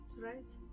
right